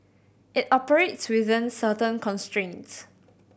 it operates within certain constraints